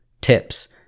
tips